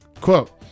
Quote